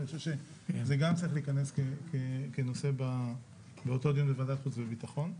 אני חושב שזה גם צריך להיכנס כנושא לאותו דיון בוועדת החוץ והביטחון.